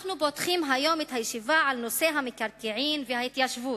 "אנחנו פותחים היום את הישיבה על נושא המקרקעין וההתיישבות,